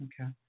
Okay